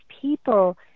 people